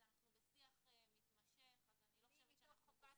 אנחנו בשיח מתמשך, אז אני לא חושבת שאנחנו כופרים.